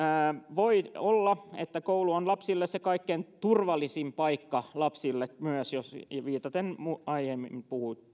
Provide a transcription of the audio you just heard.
voi olla että koulu on lapsille se kaikkein turvallisin paikka myös viitaten aiempiin